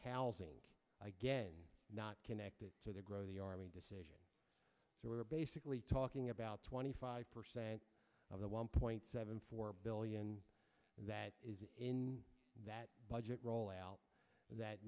housing not connected to the grow the army decision so we're basically talking about twenty five percent of the one point seven four billion that is in that budget roll out that